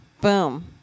Boom